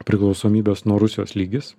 priklausomybės nuo rusijos lygis